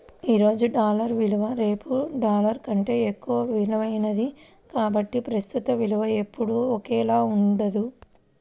ఈ రోజు డాలర్ విలువ రేపు డాలర్ కంటే ఎక్కువ విలువైనది కాబట్టి ప్రస్తుత విలువ ఎప్పుడూ ఒకేలా ఉండదు